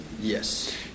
Yes